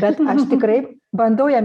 bet aš tikrai bandau jam